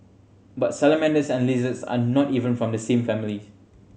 but salamanders and lizards are not even from the same families